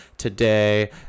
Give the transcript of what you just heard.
today